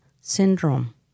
syndrome